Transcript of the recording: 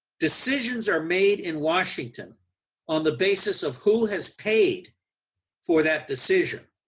decisions are made in washington on the basis of who has paid for that decision,